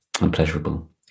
unpleasurable